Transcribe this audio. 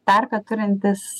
tarką kuriantis